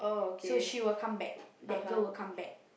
so she will come back that girl will come back